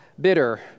bitter